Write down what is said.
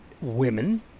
women